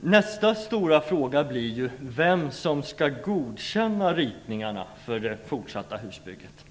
Nästa stora fråga blir vem som skall godkänna ritningarna för det fortsatta husbygget.